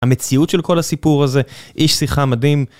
המציאות של כל הסיפור הזה, איש שיחה מדהים.